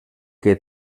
que